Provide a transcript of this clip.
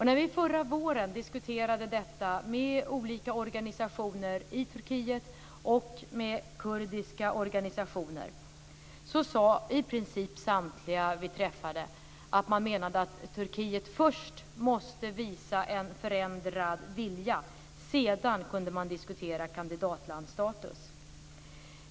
När vi förra våren diskuterade detta med olika organisationer i Turkiet och bl.a. med kurdiska organisationer sade i princip samtliga som vi träffade att Turkiet först måste visa en förändrad vilja. Sedan kunde man diskutera kandidatlandsstatus.